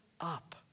up